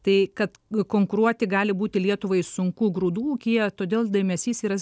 tai kad konkuruoti gali būti lietuvai sunku grūdų ūkyje todėl dėmesys yra